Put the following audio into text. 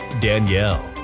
Danielle